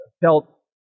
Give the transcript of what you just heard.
felt